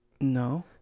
No